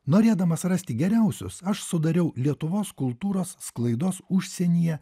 norėdamas rasti geriausius aš sudariau lietuvos kultūros sklaidos užsienyje